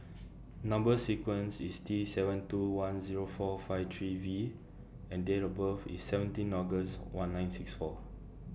Number sequence IS T seven two one Zero four five three V and Date of birth IS seventeen August one nine six four